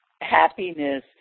happiness